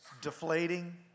deflating